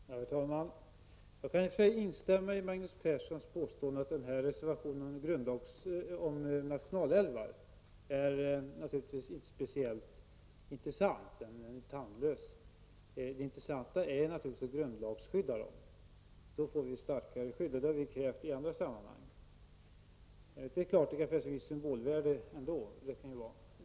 Herr talman! Jag kan i och för sig instämma i Magnus Perssons påstående att reservationen om nationalälvar är tandlös. Det intressanta är naturligtvis att grundlagsskydda älvarna, och det har vi krävt i andra sammanhang. Men det kan ju vara ett visst symbolvärde ändå i ordet nationalälv.